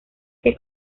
que